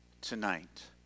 tonight